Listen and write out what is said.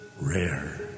Rare